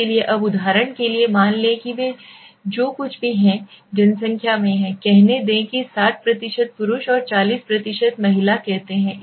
इसलिए अब उदाहरण के लिए मान लें कि वे जो कुछ भी हैं जनसंख्या में हैं कहने दें कि वे 60 पुरुष और 40 महिला कहते हैं